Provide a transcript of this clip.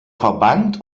verband